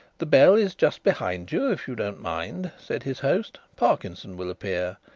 the bell is just behind you, if you don't mind, said his host. parkinson will appear.